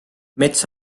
mets